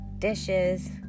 dishes